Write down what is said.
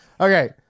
okay